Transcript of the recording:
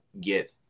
get –